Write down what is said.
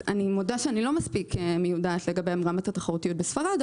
אני מודה שאני לא מספיק יודעת מה מידת התחרותיות בספרד,